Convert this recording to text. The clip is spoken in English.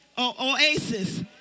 Oasis